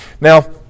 Now